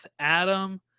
Adam